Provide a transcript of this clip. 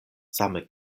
same